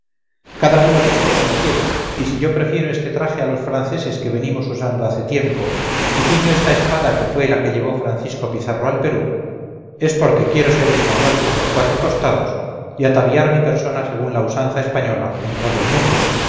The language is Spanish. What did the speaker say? cada uno viste como quiere y si yo prefiero este traje a los franceses que venimos usando hace tiempo y ciño esta espada que fue la que llevó francisco pizarro al perú es porque quiero ser español por los cuatro costados y ataviar mi persona según la usanza española en todo el mundo